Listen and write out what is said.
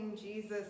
jesus